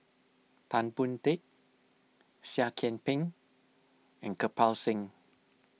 Tan Boon Teik Seah Kian Peng and Kirpal Singh